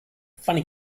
funny